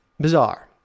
bizarre